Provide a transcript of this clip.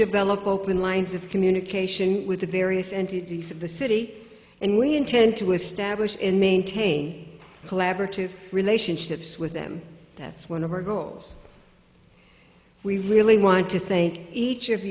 develop open lines of communication with the various entities of the city and we intend to establish and maintain collaborative relationships with them that's one of our goals we really want to thank each of